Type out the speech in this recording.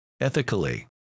ethically